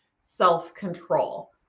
self-control